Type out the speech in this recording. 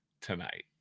tonight